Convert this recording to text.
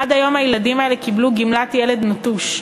עד היום הילדים האלה קיבלו גמלת ילד נטוש,